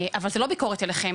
אבל זו לא ביקורת עליכם,